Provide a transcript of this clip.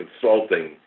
consulting